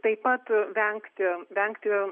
taip pat vengti vengti